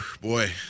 Boy